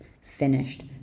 finished